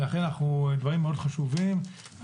דברים מאוד חשובים,